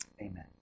amen